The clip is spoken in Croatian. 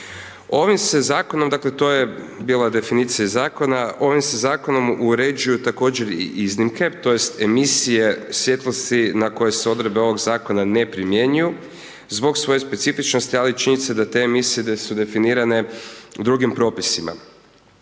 ovim se Zakonom uređuju također i iznimke tj. emisije svjetlosti na koje se odredbe ovog Zakona ne primjenjuju zbog svoje specifičnosti, ali i činjenice da te emisije da su definirane drugim propisima.